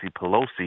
Pelosi